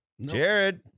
Jared